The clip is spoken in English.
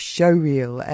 Showreel